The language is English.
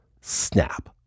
snap